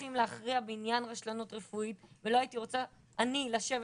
שצריכים להכריע בעניין רשלנות רפואית ולא הייתי רוצה אני לשבת